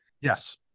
Yes